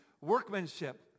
workmanship